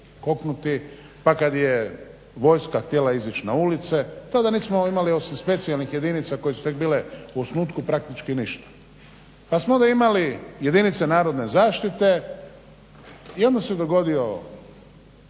pa kad je vojska htjela izaći na ulice, tada nismo imali osim specijalnih jedinica koje su tek bile u osnutku praktički ništa. Pa smo onda imali jedinice Narodne zaštite i onda se dogodio